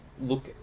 look